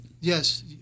yes